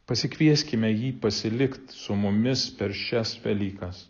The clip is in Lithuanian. pasikvieskime jį pasilikt su mumis per šias velykas